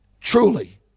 truly